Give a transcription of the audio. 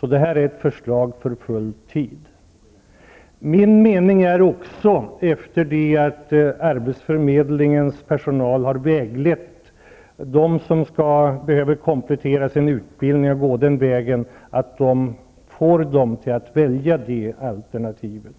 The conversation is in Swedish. Det här förslaget gäller full tid. Arbetsförmedlingens personal skall vägleda de som behöver komplettera sin utbildning. Min förhoppning är att personalen får dessa personer att välja utbildningsalternativet.